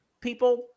people